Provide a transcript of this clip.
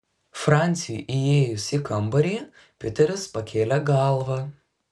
franciui įėjus į kambarį piteris pakėlė galvą